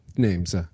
names